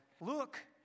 Look